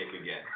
again